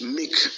make